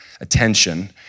attention